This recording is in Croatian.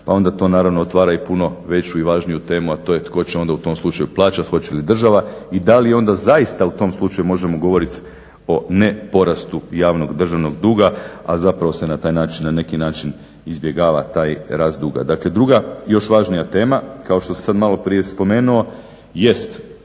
a onda to naravno otvara i puno veću i važniju temu, a to je tko će onda u tom slučaju plaćati hoće li država. I da li onda zaista u tom slučaju možemo govoriti o ne porastu javnog državnog duga, a zapravo se na taj način, na neki način izbjegava taj rast duga. Dakle druga još važnija tema. Kao što sam sad malo prije spomenuo jest